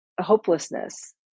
hopelessness